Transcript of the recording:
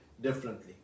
differently